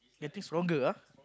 getting stronger ah